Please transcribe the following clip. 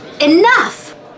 Enough